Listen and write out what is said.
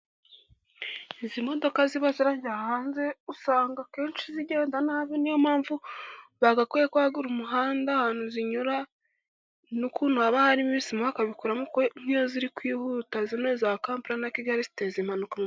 Izi modoka ziba zijya hanze usanga akenshi zigenda nabi niyo mpamvu bagakwiye kwagura umuhanda, ahantu zinyura n'ukuntu haba harimo ibisimu bakabikuramo, kuko nkiyo ziri kwihuta akenshi iza kampani ziteza impanuka mu muhanda.